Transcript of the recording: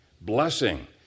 Blessing